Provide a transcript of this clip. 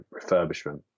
refurbishment